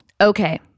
Okay